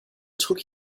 took